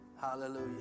Hallelujah